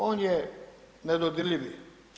On je nedodirljivi.